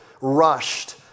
rushed